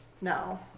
No